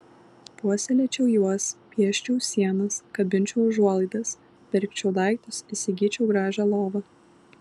puoselėčiau juos pieščiau sienas kabinčiau užuolaidas pirkčiau daiktus įsigyčiau gražią lovą